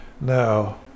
now